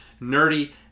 nerdy